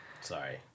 sorry